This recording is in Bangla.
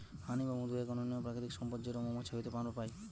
হানি বা মধু এক অনন্য প্রাকৃতিক সম্পদ যেটো মৌমাছি হইতে আমরা পাই